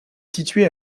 situé